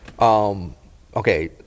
okay